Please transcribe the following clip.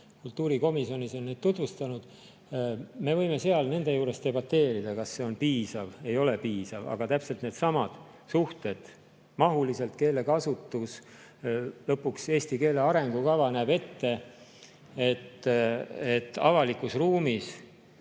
Kultuurikomisjonis on neid tutvustatud, me võime seal nende juures debateerida, kas see on piisav või ei ole piisav, aga täpselt needsamad suhted, mahuline keelekasutus. Lõpuks eesti keele arengukava näeb ette, et avalikus ruumis